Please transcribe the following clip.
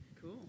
Cool